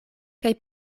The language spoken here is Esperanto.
kaj